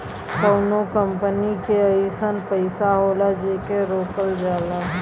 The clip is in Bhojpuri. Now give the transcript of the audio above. कउनो कंपनी के अइसन पइसा होला जेके रोकल जाला